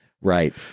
Right